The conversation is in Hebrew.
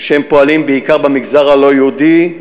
שהם פועלים בעיקר במגזר הלא-יהודי,